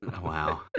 Wow